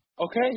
Okay